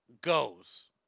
goes